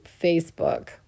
Facebook